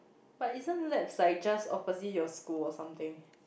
but isn't Nex like just opposite your school or something